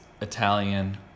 Italian